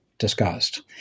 Discussed